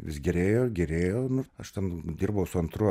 vis gerėjo gerėjo nu aš ten dirbau su antru